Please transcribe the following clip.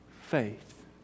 faith